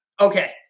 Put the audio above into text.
okay